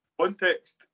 Context